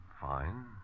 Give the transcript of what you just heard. Fine